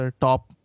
top